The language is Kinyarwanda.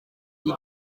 iyi